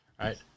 right